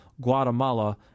Guatemala